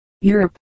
Europe